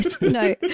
No